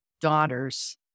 daughter's